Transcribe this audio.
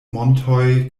montoj